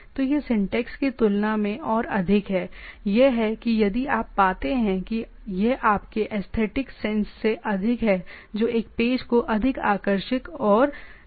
तो यह सिंटैक्स की तुलना में और अधिक है यह है कि यदि आप पाते हैं कि यह आपके एसथेटिक सेंस से अधिक है जो एक पेज को अधिक आकर्षक और चीजों का प्रकार बनाता है